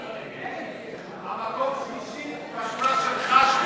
להצבעה, מפלגת העבודה.